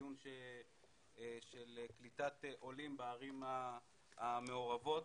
הדיון לגבי קליטת עולים בערים המעורבות.